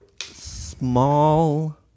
small